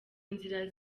nzira